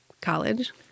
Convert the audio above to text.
college